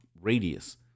radius